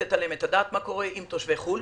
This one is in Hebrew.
לתת עליהם את הדעת: מה קורה עם תושבי חו"ל.